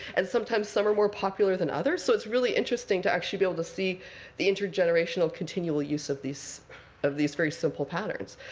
and sometimes some are more popular than others. so it's really interesting to actually be able to see the intergenerational continual use of these of these very simple patterns.